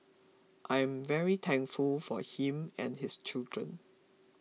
I'm very thankful for him and his children